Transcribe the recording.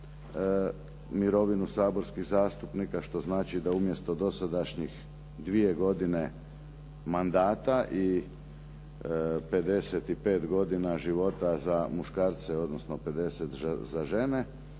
mirovinu saborskih zastupnika, što znači da umjesto dosadašnjih dvije godine mandata i 55 godina života za muškarce, odnosno 50 za žene,